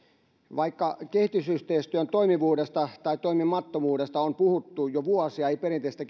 vaikka kehitysyhteistyön toimivuudesta tai toimimattomuudesta on puhuttu jo vuosia ei perinteistä